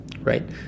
right